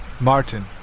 Martin